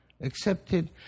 accepted